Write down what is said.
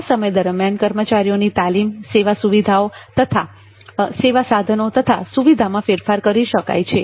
આ સમય દરમ્યાન કર્મચારીઓની તાલીમ સેવા સાધનો તથા સુવિધામાં ફેરફાર કરી શકાય છે